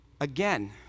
Again